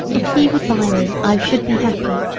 if he would buy me, i should be happy.